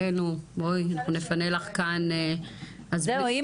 באה ואומרת יש לי